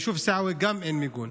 גם ביישוב סעווה אין מיגון.